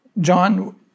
John